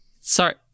Sorry